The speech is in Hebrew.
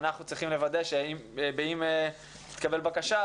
אנחנו צריכים לוודא שאם תתקבל בקשה,